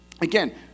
again